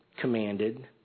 commanded